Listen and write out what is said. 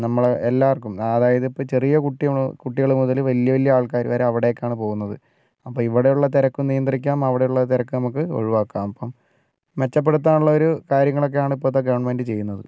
നമ്മളെ എല്ലാവർക്കും അതായതിപ്പോൾ ചെറിയ കുട്ടികൾ കുട്ടികളുമുതൽ വലിയ വലിയ ആൾക്കാർ വരെ അവിടേക്കാണ് പോകുന്നത് അപ്പോൾ ഇവിടെയുള്ള തിരക്കും നിയന്ത്രിക്കാം അവിടെയുള്ള തിരക്ക് നമുക്ക് ഒഴിവാക്കാം അപ്പം മെച്ചപ്പെടുത്താൻ ഉള്ള ഒരു കാര്യങ്ങളൊക്കെയാണ് ഇപ്പോഴത്തെ ഗവൺമെൻറ്റ് ചെയ്യുന്നത്